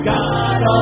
God